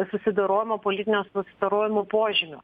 susidorojimo politinio susidorojimo požymių